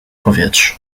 powietrzu